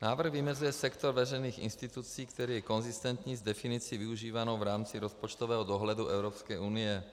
Návrh vymezuje sektor veřejných institucí, který je konzistentní s definicí využívanou v rámci rozpočtového dohledu Evropské unie.